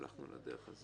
מעלות את המחיר.